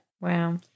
Wow